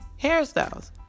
hairstyles